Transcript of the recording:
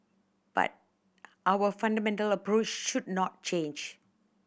but our fundamental approach should not change